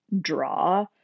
draw